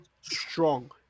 strong